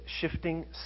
shifting